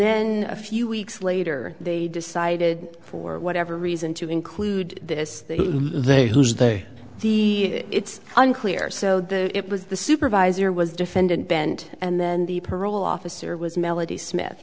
then a few weeks later they decided for whatever reason to include this they lose they the it's unclear so that it was the supervisor was defendant bent and then the parole officer was melody smith